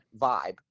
vibe